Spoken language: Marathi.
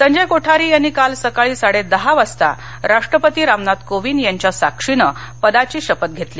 संजय कोठारी यांनी काल सकाळी साडेदहा वाजता राष्ट्रपती रामनाथ कोविंद यांच्या साक्षिनं पदाची शपथ घेतली